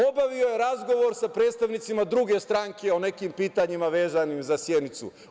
Obavio je razgovor sa predstavnicima druge stranke o nekim pitanjima vezanim za Sjenicu.